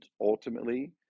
ultimately